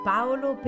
Paolo